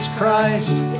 Christ